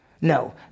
No